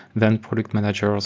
then product managers,